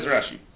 Rashi